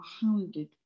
hounded